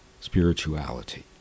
spirituality